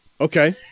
Okay